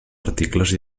articles